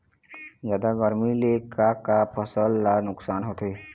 जादा गरमी ले का का फसल ला नुकसान होथे?